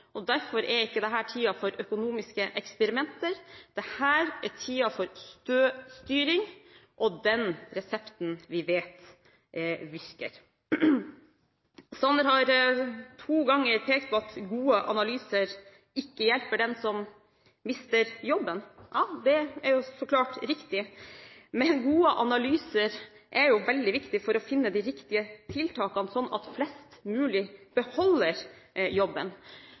oss. Derfor er ikke dette tiden for økonomiske eksperimenter, dette er tiden for stø styring og den resepten vi vet virker. Sanner har to ganger pekt på at gode analyser ikke hjelper dem som mister jobben. Det er så klart riktig, men gode analyser er jo veldig viktig for å finne de riktige tiltakene, slik at flest mulig beholder jobben.